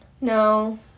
no